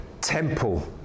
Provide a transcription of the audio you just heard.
temple